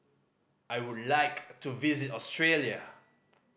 I would like to visit Australia